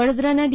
વડોદરા ના ડી